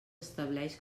estableix